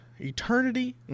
eternity